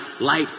light